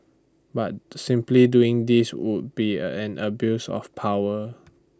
but simply doing this would be an abuse of power